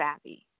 savvy